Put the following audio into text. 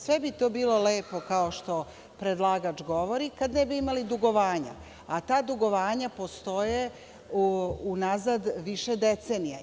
Sve bi to bilo lepo kao što predlagač govori kad ne bi imali dugovanja, a ta dugovanja postoje unazad više decenija.